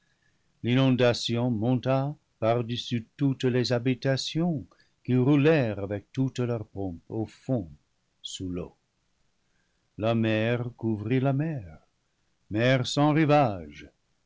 l'inondation monta par-dessus toutes les habitations qui roulèrent avec toute leur pompe au fond sous l'eau la mer couvrit la mer mer sans rivages